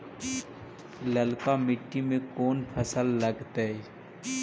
ललका मट्टी में कोन फ़सल लगतै?